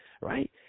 right